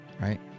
Right